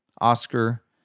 Oscar